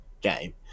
game